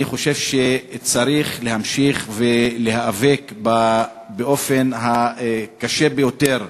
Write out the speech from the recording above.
אני חושב שצריך להמשיך ולהיאבק באופן הקשה ביותר,